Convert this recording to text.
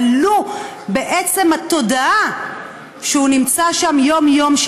ולו מעצם הידיעה שהוא נמצא שם יום-יום,